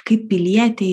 kaip pilietei